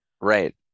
right